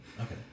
okay